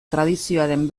tradizioaren